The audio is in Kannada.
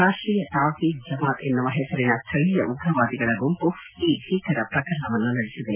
ರಾಷ್ಟೀಯ ತಾವ್ಹೀದ್ ಜಮಾತ್ ಎನ್ನುವ ಹೆಸರಿನ ಸ್ಲಳೀಯ ಉಗ್ರವಾದಿಗಳ ಗುಂಪು ಈ ಭೀಕರ ಪ್ರಕರಣವನ್ನು ನಡೆಸಿದೆ